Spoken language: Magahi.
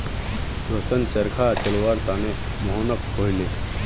रोशन चरखा चलव्वार त न मोहनक कहले